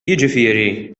jiġifieri